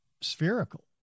spherical